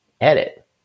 edit